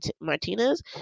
Martinez